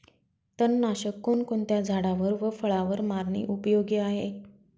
तणनाशक कोणकोणत्या झाडावर व फळावर मारणे उपयोगी आहे?